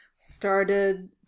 Started